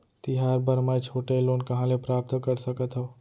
तिहार बर मै छोटे लोन कहाँ ले प्राप्त कर सकत हव?